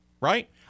right